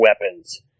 weapons